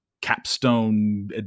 capstone